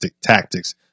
tactics